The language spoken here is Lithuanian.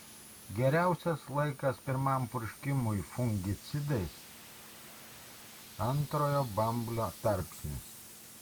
geriausias laikas pirmam purškimui fungicidais antrojo bamblio tarpsnis